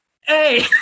hey